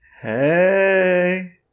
Hey